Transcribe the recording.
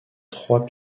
trois